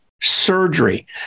surgery